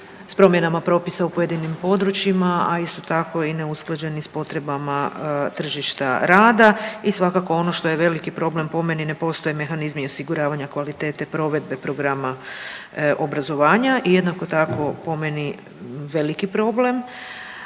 s promjenama propisa u pojedinim područjima, a isto tako i neusklađeni s potrebama tržišta rada. I svakako ono što je veliki problem po meni ne postoje mehanizmi osiguravanja kvalitete provedbe programa obrazovanja. I jednako tako po meni veliki problem,